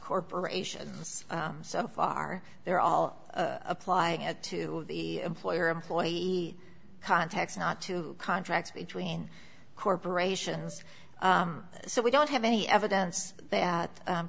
corporations so far they're all applying it to the employer employee contacts not to contracts between corporations so we don't have any evidence that